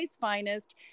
Finest